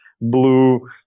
blue